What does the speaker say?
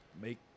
make